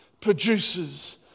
produces